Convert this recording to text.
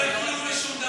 הוא אומר כלום ושום דבר.